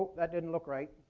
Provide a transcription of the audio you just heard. that didn't look right.